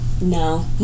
No